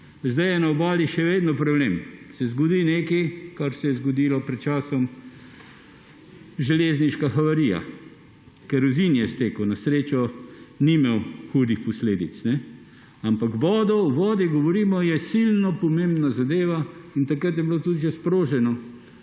Zdaj je na Obali še vedno problem. Se zgodi nekaj, kar se je zgodilo pred časom – železniška havarija, kerozin je stekel. Na srečo ni bilo hudih posledic. Ampak o vodi govorimo, ki je silno pomembna zadeva, in takrat je bilo tudi že sproženo,